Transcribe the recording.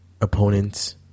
opponents